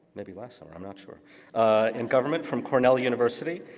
maybe last summer. i'm not sure in government from cornell university.